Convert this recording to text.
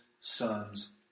Son's